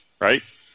right